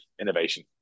innovation